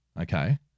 okay